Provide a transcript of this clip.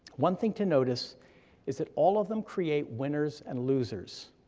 one thing to notice is that all of them create winners and losers.